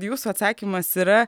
jūsų atsakymas yra